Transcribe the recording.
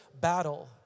battle